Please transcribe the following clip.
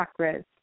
Chakras